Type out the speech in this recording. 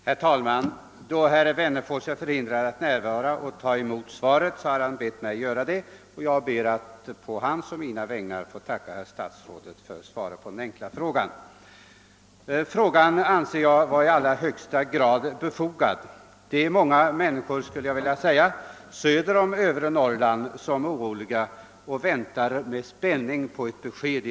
Herr talman! Då herr Wennerfors är förhindrad att närvara har han bett mig ta emot herr statsrådets svar på hans enkla fråga. Jag ber att på hans och mina vägnar få tacka för svaret. Frågan anser jag vara i allra högsta grad befogad. Många människor söder om övre Norrland är oroliga och väntar med spänning på ett besked.